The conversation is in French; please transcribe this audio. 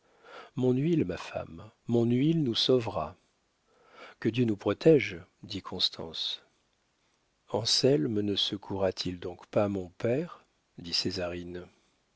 mon huile ma femme mon huile nous sauvera que dieu nous protége dit constance anselme ne secourra t il donc pas mon père dit